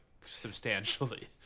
substantially